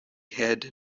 had